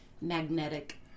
magnetic